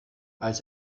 als